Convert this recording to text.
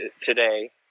today